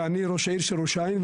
ואני ראש העיר של ראש העין,